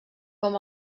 com